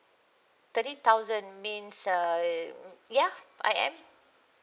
thirty thousand means uh ya I am